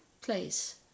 place